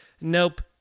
nope